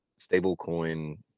stablecoin